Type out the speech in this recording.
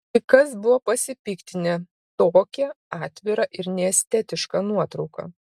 kai kas buvo pasipiktinę tokia atvira ir neestetiška nuotrauka